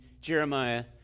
Jeremiah